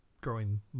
growing